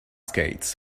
skates